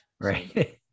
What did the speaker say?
Right